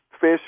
fish